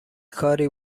کاری